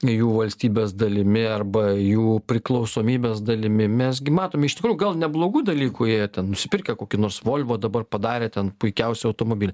jų valstybės dalimi arba jų priklausomybės dalimi mes gi matom iš tikrųjų gal neblogų dalykų jie ten nusipirkę kokį nors volvo dabar padarė ten puikiausią automobilį